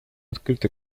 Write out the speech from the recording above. открыты